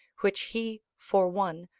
which he, for one,